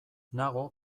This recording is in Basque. nago